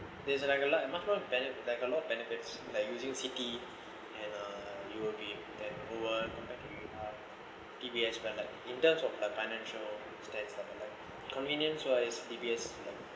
there's like a lot and much more benefit like a lot of benefits like using citi and uh you will be over compared to D_B_S but like in terms of the financial stand stuff and like like convenience wise D_B_S